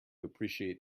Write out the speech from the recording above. appreciate